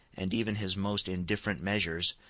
and even his most indifferent measures,